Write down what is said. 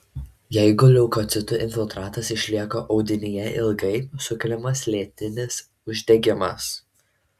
jeigu leukocitų infiltratas išlieka audinyje ilgai sukeliamas lėtinis uždegimas